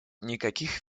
никаких